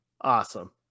Awesome